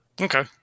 okay